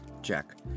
Jack